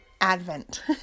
Advent